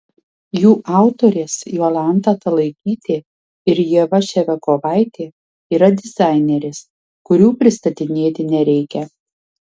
jų autorės jolanta talaikytė ir ieva ševiakovaitė yra dizainerės kurių pristatinėti nereikia